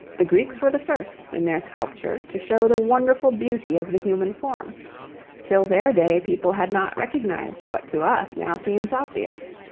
the greeks were the first, in their sculpture, to show the wonderful beauty of the human form till their day people had not recognised what to us now seems obvious.